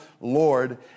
Lord